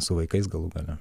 su vaikais galų gale